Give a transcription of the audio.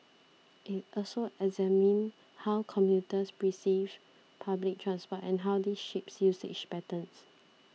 it also examined how commuters perceive public transport and how this shapes usage patterns